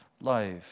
life